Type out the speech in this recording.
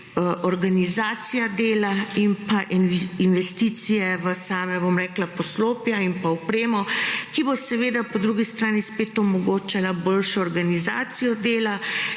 organizacija dela in pa investicije v sama poslopja in pa opremo, ki bo seveda po drugi strani spet omogočala boljšo organizacijo dela